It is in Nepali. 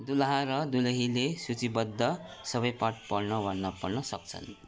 दुलहा र दुलहीले सूचीबद्ध सबै पाठ पढ्न वा नपढ्न सक्छन्